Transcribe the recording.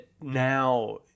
now